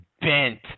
bent